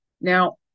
Now